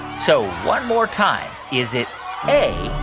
so one more time. is it a,